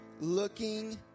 Looking